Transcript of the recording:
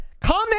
Comment